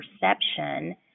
perception